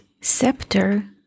Scepter